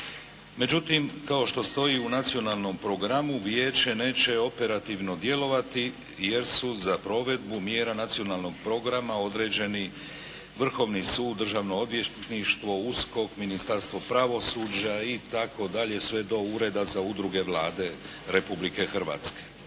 Međutim kao što stoji u nacionalnog programu, vijeće neće operativno djelovati jer su za provedbu mjera nacionalnog programa određeni Vrhovni sud, Državno odvjetništvo, USKOK, Ministarstvo pravosuđa itd. sve do Ureda za udruge Vlade Republike Hrvatske.